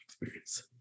experience